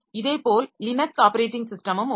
இதேபோல் Linux operating ஸிஸ்டமும் உள்ளது